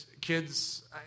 kids